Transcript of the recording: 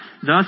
Thus